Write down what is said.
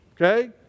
okay